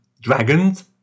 dragons